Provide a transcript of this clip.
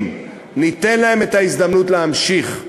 אם ניתן להם את ההזדמנות להמשיך,